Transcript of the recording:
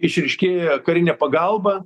išryškėjo karinė pagalba